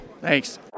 Thanks